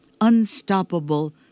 unstoppable